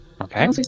Okay